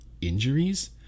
injuries